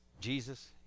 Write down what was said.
Jesus